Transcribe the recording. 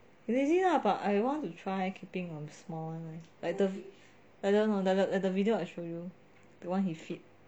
I lazy lah but I want to try keeping a small one leh like the like the video I showed you the one he feed